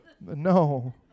No